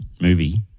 movie